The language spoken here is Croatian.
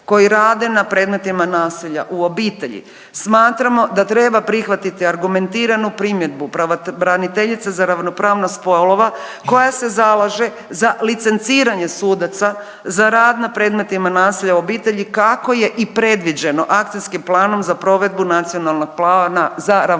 koji rade na predmetima nasilja u obitelji smatramo da treba prihvatiti argumentiranu primjedbu pravobraniteljice za ravnopravnost spolova koja se zalaže za licenciranje sudaca za rad na predmetima nasilja u obitelji kako je i predviđeno Akcijskim planom za provedbu Nacionalnog plana za ravnopravnost